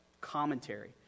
commentary